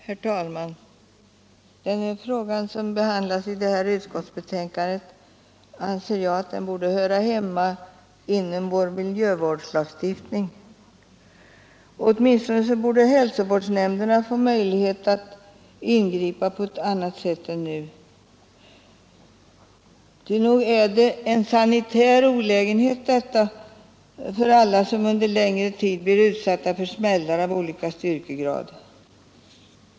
Herr talman! Den fråga som behandlas i förevarande utskottsbetänkande anser jag borde höra hemma inom vår miljövårdslagstiftning, eller åtminstone borde hälsovårdsnämnderna få möjligheter att ingripa på annat sätt än nu. Ty visst är det en sanitär olägenhet för alla människor som under en längre tid blir utsatta för smällare av olika styrkegrader.